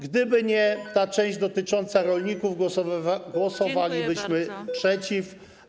Gdyby nie ta część dotycząca rolników, głosowalibyśmy przeciw.